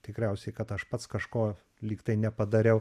tikriausiai kad aš pats kažko lyg tai nepadariau